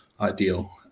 ideal